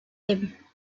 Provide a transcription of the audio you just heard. him